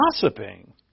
gossiping